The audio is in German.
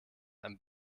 einem